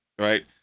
right